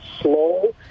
slow